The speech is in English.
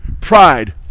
pride